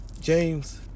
James